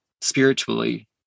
spiritually